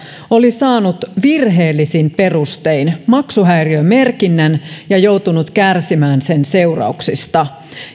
oli saanut virheellisin perustein maksuhäiriömerkinnän ja joutunut kärsimään sen seurauksista